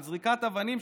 על זריקת אבנים,